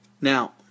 Now